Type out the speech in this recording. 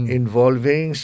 involving